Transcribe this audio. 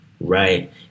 right